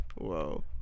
Whoa